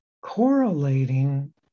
correlating